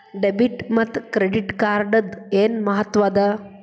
Debit ಮತ್ತ credit ಕಾರ್ಡದ್ ಏನ್ ಮಹತ್ವ ಅದ?